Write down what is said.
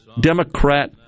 Democrat-